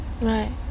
Right